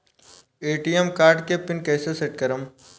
ATM card के PIN कैसे set करम?